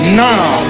now